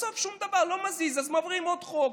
בסוף שום דבר לא מזיז, אז מעבירים עוד חוק.